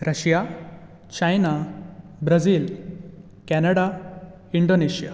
Russia China Brazil Canada Indonesia